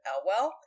Elwell